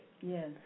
Yes